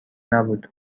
نبود